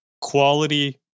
quality